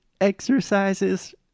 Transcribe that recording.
exercises